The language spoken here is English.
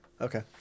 okay